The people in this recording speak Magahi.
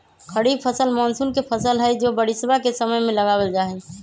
खरीफ फसल मॉनसून के फसल हई जो बारिशवा के समय में लगावल जाहई